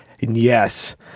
Yes